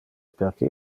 perque